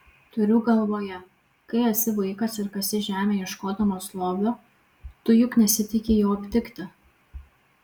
turiu galvoje kai esi vaikas ir kasi žemę ieškodamas lobio tu juk nesitiki jo aptikti